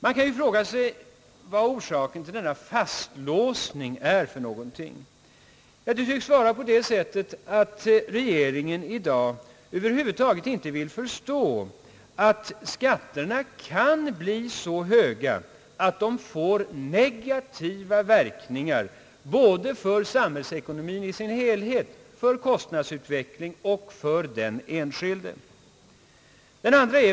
Man kan fråga sig vad orsaken till denna fastlåsning är. Det tycks vara på det sättet, att regeringen i dag över huvud taget inte vill förstå att skatterna kan bli så höga, att de får negativa verkningar både för samhällsekonomin i dess helhet, för kostnadsutvecklingen och för den enskilde.